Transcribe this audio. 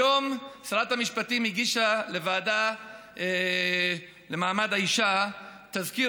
היום שרת המשפטים הגישה לוועדה למעמד האישה תזכיר,